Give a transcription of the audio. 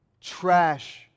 Trash